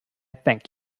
thank